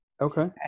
Okay